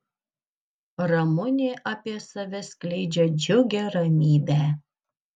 ramunė apie save skleidžia džiugią ramybę